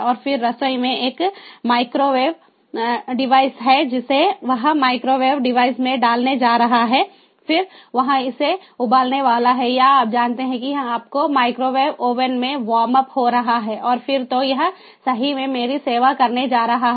और फिर रसोई में एक माइक्रोवेव डिवाइस है जिसे वह माइक्रोवेव डिवाइस में डालने जा रहा है फिर वह इसे उबालने वाला है या आप जानते हैं कि यह आपको माइक्रोवेव ओवन में वार्म अप हो रहा है और फिर तो यह सही में मेरी सेवा करने जा रहा है